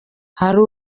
hari